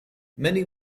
many